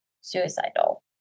suicidal